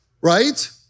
Right